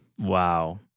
Wow